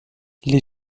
les